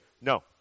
No